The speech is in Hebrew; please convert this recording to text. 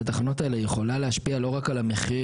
התחנות האלה יכולה להשפיע לא רק על המחיר,